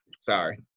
sorry